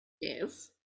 Yes